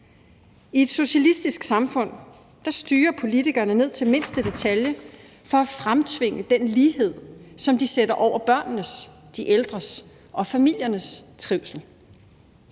I et socialistisk samfund styrer politikerne ned til mindste detalje for at fremtvinge den lighed, som de sætter over børnenes, de ældres og familiernes trivsel.